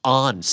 on